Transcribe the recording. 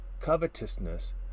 covetousness